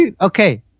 Okay